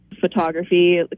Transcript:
Photography